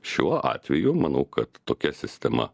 šiuo atveju manau kad tokia sistema